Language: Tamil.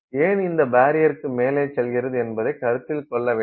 ஏன் இது பரியர்க்கு மேலே செல்கிறது என்பதைக் கருத்தில் கொள்ள வேண்டும்